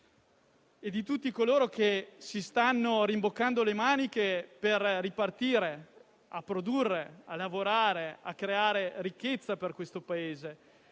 di tutti coloro che si stanno rimboccando le maniche per ripartire a produrre, a lavorare, a creare ricchezza per il Paese.